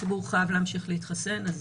הציבור חייב להמשיך להתחסן.